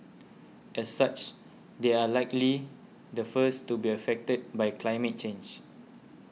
as such they are likely the first to be affected by climate change